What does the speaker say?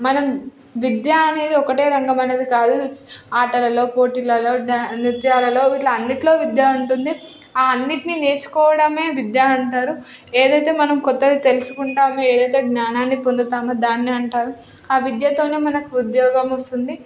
మనం విద్య అనేది ఒకటే రంగం అనేది కాదు ఆటలలో పోటీలలో డ్యాన్ నృత్యాలలో వీటన్నిట్లలో విద్య ఉంటుంది ఆ అన్నిటిని నేర్చుకోవడమే విద్య అంటారు ఏది అయితే మనం కొత్తది తెలుసుకుంటాము ఏదైతే జ్ఞానాన్ని పొందుతాము దాన్నే అంటారు ఆ విద్యతోనే మనకు ఉద్యోగం వస్తుంది